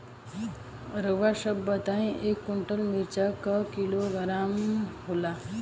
रउआ सभ बताई एक कुन्टल मिर्चा क किलोग्राम होला?